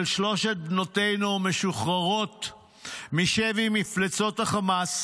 שלוש בנותינו משוחררות משבי מפלצות החמאס